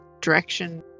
direction